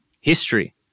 history